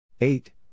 Eight